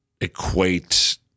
equate